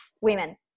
women